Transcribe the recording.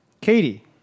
Katie